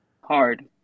hard